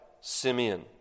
Simeon